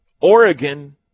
Oregon